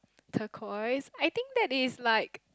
Turqoise I think that is like